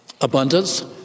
Abundance